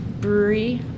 brewery